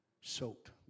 soaked